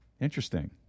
Interesting